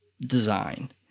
design